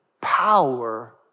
power